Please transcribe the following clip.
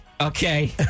Okay